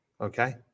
Okay